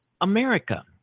America